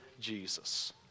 Jesus